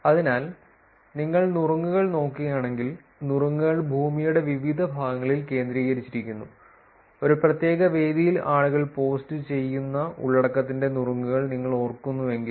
അതിനാൽ നിങ്ങൾ നുറുങ്ങുകൾ നോക്കുകയാണെങ്കിൽ നുറുങ്ങുകൾ ഭൂമിയുടെ വിവിധ ഭാഗങ്ങളിൽ കേന്ദ്രീകരിച്ചിരിക്കുന്നു ഒരു പ്രത്യേക വേദിയിൽ ആളുകൾ പോസ്റ്റുചെയ്യുന്ന ഉള്ളടക്കത്തിന്റെ നുറുങ്ങുകൾ നിങ്ങൾ ഓർക്കുന്നുവെങ്കിൽ